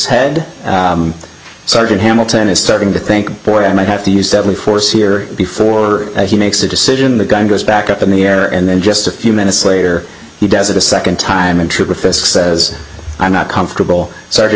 head sergeant hamilton is starting to think boy i might have to use deadly force here before he makes a decision the gun goes back up in the air and then just a few minutes later he does it a second time and true professor says i'm not comfortable started